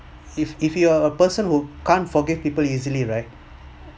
if if you are a person who can't forgive people easily right